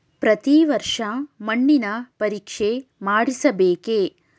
ಪ್ರತಿ ವರ್ಷ ಮಣ್ಣಿನ ಪರೀಕ್ಷೆ ಮಾಡಿಸಬೇಕೇ?